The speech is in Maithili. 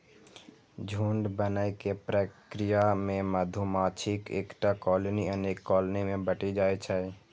झुंड बनै के प्रक्रिया मे मधुमाछीक एकटा कॉलनी अनेक कॉलनी मे बंटि जाइ छै